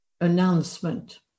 announcement